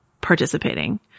participating